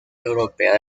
europea